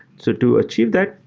to to achieve that,